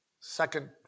Second